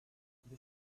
they